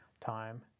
time